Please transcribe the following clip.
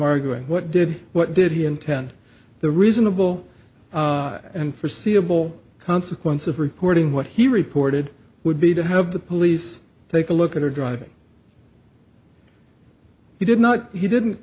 arguing what did what did he intend the reasonable and forseeable consequence of reporting what he reported would be to have the police take a look at her driving he did not he didn't